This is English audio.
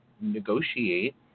negotiate